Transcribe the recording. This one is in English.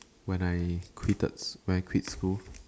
when I quitted when I quit school